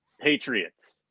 Patriots